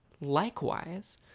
likewise